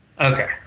Okay